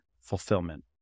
fulfillment